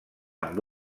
amb